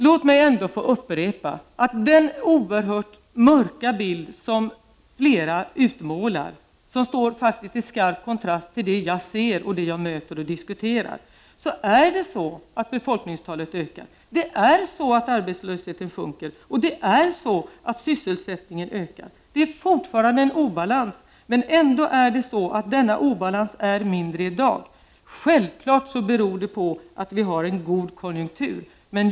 Låt mig ändå få upprepa när det gäller den oerhört mörka bild som flera utmålar och som står i skarp kontrast till det jag ser och diskuterar att befolkningstalet ökar, arbetslösheten sjunker och sysselsättningen ökar. Det råder fortfarande en obalans, men ändå är denna obalans mindre i dag än tidigare. Självfallet beror detta på att det råder god konjunktur.